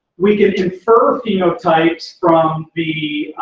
we can infer phenotypes from the.